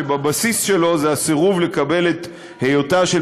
שהבסיס שלו זה הסירוב לקבל את היותה של